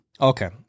Okay